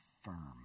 firm